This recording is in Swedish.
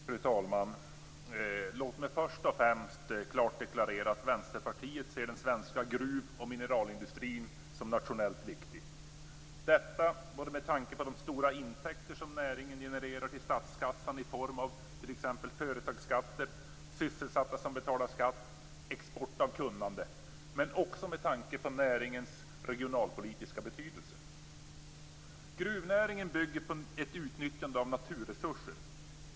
Fru talman! Låt mig först och främst klart deklarera att Vänsterpartiet ser den svenska gruv och mineralindustrin som nationellt viktig - detta med tanke på de stora intäkter som näringen genererar till statskassan i form av t.ex. företagsskatter, sysselsatta som betalar skatt, export av kunnande, men också med tanke på näringens regionalpolitiska betydelse. Gruvnäringen bygger på ett utnyttjande av naturresurser.